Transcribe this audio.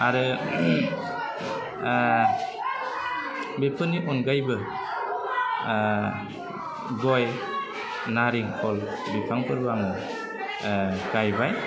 आरो बेफोरनि अनगायैबो गय नारिखल बिफांफोरबो आं गायबाय